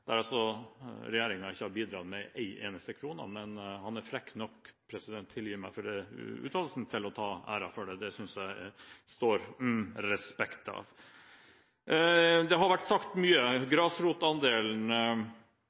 der altså regjeringen ikke har bidratt med en eneste krone, men han er frekk nok – tilgi meg for uttalelsen – til å ta æren for det. Det synes jeg det står «respekt» av. Det har vært sagt mye,